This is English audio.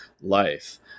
life